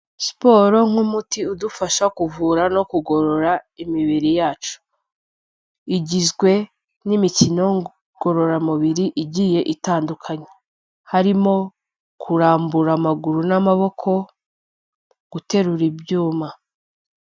Siporo nk'umuti udufasha kuvura no kugorora imibiri yacu igizwe n'imikino ngororamubiri igiye itandukanye harimo kurambura amaguru n'amaboko, guterura ibyuma.